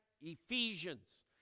Ephesians